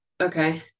okay